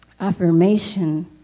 affirmation